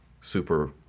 super